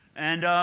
and